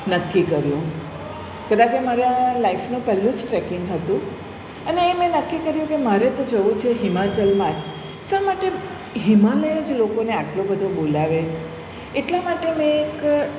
નક્કી કર્યું કદાચ એ મારા લાઇફનો પહેલું જ ટ્રેકિંગ હતું અને એ મેં નક્કી કર્યું કે મારે તો જવું છે હિમાચલમાં જ શા માટે હિમાલય જ લોકોને આટલો બધો બોલાવે એટલા માટે મેં એક